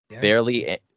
barely